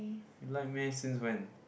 you like meh since when